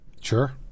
Sure